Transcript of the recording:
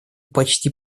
почти